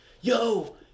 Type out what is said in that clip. yo